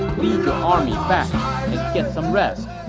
lead your army back and get some rest.